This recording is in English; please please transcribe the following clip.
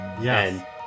Yes